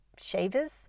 shavers